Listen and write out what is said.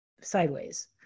sideways